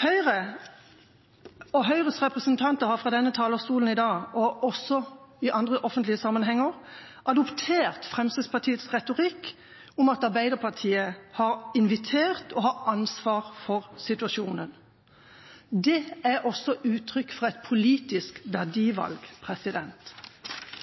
Høyre og Høyres representanter har fra denne talerstolen i dag, og også i andre offentlige sammenhenger, adoptert Fremskrittspartiets retorikk om at Arbeiderpartiet har invitert til og har ansvar for situasjonen. Det er også uttrykk for et politisk verdivalg.